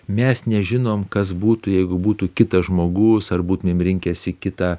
mes nežinom kas būtų jeigu būtų kitas žmogus ar būtumėm rinkęsi kitą